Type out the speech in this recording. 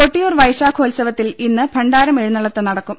കൊട്ടിയൂർ വൈശാഖോത്സവത്തിൽ ഇന്ന് ഭണ്ഡാരം എഴു ന്നള്ളത്ത് നടക്കും